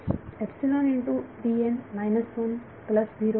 विद्यार्थी epsilon into D n minus one plus zero